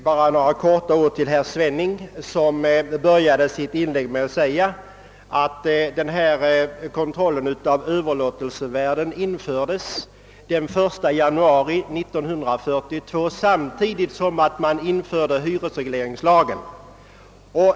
Herr talman! Bara några ord till herr Svenning. Herr Svenning började sitt inlägg med att säga att kontrollen av överlåtelsevärden infördes den 1 januari 1942 samtidigt med hyresregleringslagen.